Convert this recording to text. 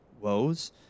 woes